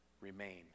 remain